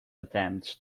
attempts